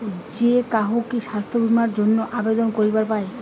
যে কাহো কি স্বাস্থ্য বীমা এর জইন্যে আবেদন করিবার পায়?